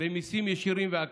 במיסים ישירים ועקיפים.